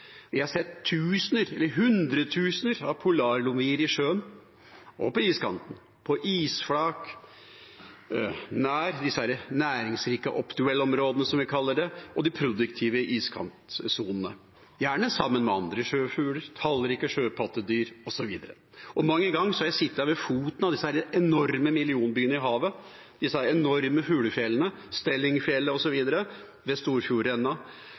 har sett tusener, hundretusener, av polarlomvier i sjøen og på iskanten, på isflak, nær disse næringsrike «upwelling»-områdene, som vi kaller det, og de produktive iskantsonene, gjerne sammen med andre sjøfugler, tallrike sjøpattedyr osv. Og mang en gang har jeg sittet ved foten av disse enorme millionbyene i havet, disse enorme hulefjellene, Stellingfjellet, osv., ved